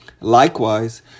Likewise